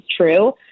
true